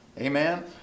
Amen